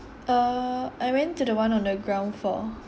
uh I went to the one on the ground floor